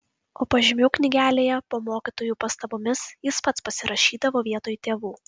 o pažymių knygelėje po mokytojų pastabomis jis pats pasirašydavo vietoj tėvų